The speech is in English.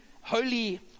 holy